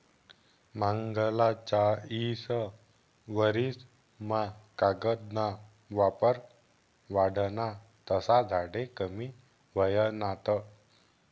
मांगला चायीस वरीस मा कागद ना वापर वाढना तसा झाडे कमी व्हयनात